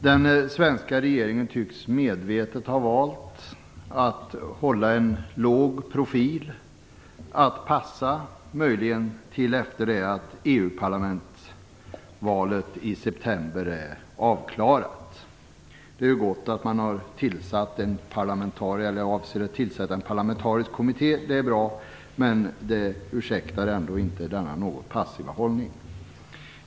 Den svenska regeringen tycks medvetet ha valt att hålla en låg profil - att passa till dess att EU-parlamentsvalet i september är avklarat. Det är bra att man avser att tillsätta en parlamentarisk kommitté, men det ursäktar ändå inte denna något passiva hållning.